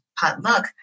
potluck